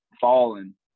fallen